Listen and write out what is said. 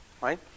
right